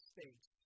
States